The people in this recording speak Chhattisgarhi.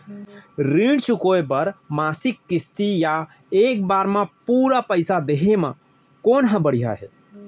ऋण चुकोय बर मासिक किस्ती या एक बार म पूरा पइसा देहे म कोन ह बढ़िया हे?